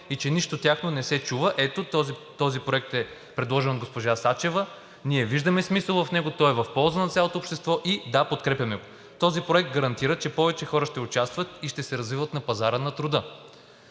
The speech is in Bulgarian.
и че нищо тяхно не се чува. Ето този проект е предложен от госпожа Сачева и ние виждаме смисъл в него. Той е в полза на цялото обществото и, да, подкрепяме го. Този проект гарантира, че повече хора ще участват и ще се развиват на пазара на труда.